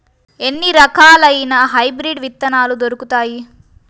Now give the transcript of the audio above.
ఎన్ని రకాలయిన హైబ్రిడ్ విత్తనాలు దొరుకుతాయి?